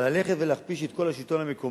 אבל ללכת ולהכפיש את כל השלטון המקומי